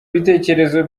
bitekerezo